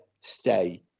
stay